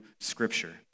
Scripture